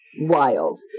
wild